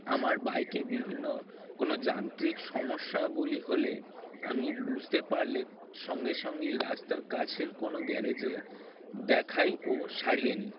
আমার বাইকে বিভিন্ন কোনো যান্ত্রিক সমস্যাগুলি হলে আমি বুঝতে পারলে সঙ্গে সঙ্গেই রাস্তার কাছের কোনো গ্যারেজে দেখাই ও সারিয়ে নিই